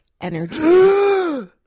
energy